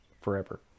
forever